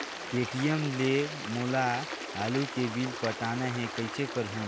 Paytm ले मोला आलू के बिल पटाना हे, कइसे करहुँ?